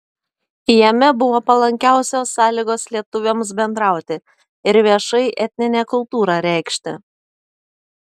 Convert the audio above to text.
jame buvo palankiausios sąlygos lietuviams bendrauti ir viešai etninę kultūrą reikšti